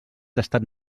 tastat